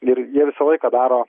ir jie visą laiką daro